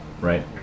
right